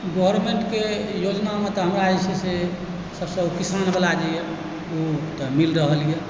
गवर्नमेन्टके योजनामे तऽ हमरा जे छै से सबसँ किसानवला जे यऽ ओ तऽ मिलि रहल यऽ